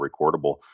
recordable